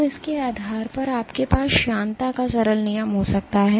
तो इसके आधार पर आपके पास श्यानता का सरल नियम हो सकता है